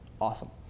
awesome